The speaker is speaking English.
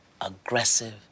aggressive